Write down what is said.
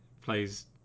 plays